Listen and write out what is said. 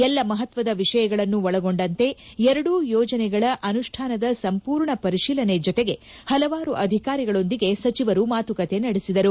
ಎಲ್ಲ ಮಹತ್ವದ ವಿಷಯಗಳನ್ನೂ ಒಳಗೊಂಡಂತೆ ಎರಡೂ ಯೋಜನೆಗಳ ಅನುಷ್ಠಾನದ ಸಂಪೂರ್ಣ ಪರಿಶೀಲನೆ ಜೊತೆಗೆ ಹಲವಾರು ಅಧಿಕಾರಿಗಳೊಂದಿಗೆ ಸಚಿವರು ಮಾತುಕತೆ ನಡೆಸಿದರು